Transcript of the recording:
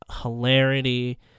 hilarity